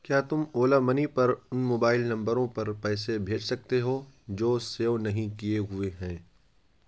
کیا تم اولا منی پر ان موبائل نمبروں پر پیسے بھیج سکتے ہو جو سیو نہیں کیے ہوئے ہیں